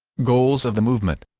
goals of the movement